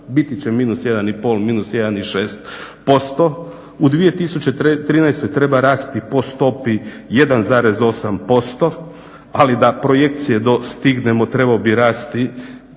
biti će -1,5, -1,6% U 2013. treba rasti po stopi 1,8%, ali da projekcije dostignemo trebao bi rasti